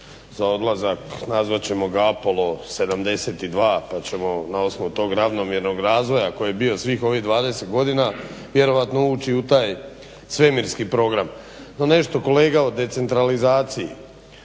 za odlazak, nazvat ćemo ga Apollo 72 pa ćemo na osnovu tog ravnomjernog razvoja koji je bio svih ovih 20 godina vjerojatno ući u taj svemirski program. No nešto kolega o decentralizaciji.